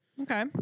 Okay